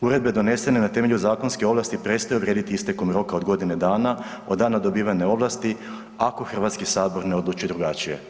Uredbe donesene na temelju zakonske ovlasti prestaju vrijediti istekom roka od godine dana od dana dobivanja ovlasti ako Hrvatski sabor ne odluči drugačije.